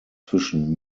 zwischen